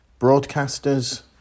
broadcasters